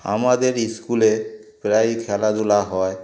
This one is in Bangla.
আমাদের স্কুলে প্রায়ই খেলাধুলা হয়